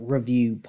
Review